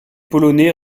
polonais